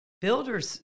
builders